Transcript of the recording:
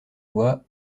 lois